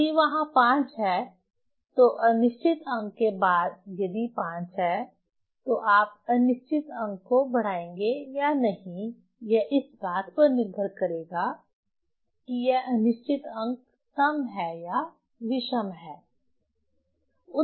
यदि वहां 5 है तो अनिश्चित अंक के बाद यदि 5 है तो आप अनिश्चित अंक को बढ़ाएंगे या नहीं यह इस बात पर निर्भर करेगा कि यह अनिश्चित अंक सम है या विषम है